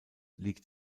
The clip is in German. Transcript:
liegt